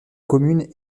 commune